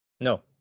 No